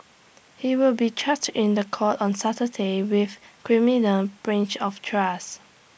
he will be charged in The Court on Saturday with criminal breach of trust